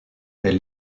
est